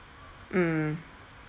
mm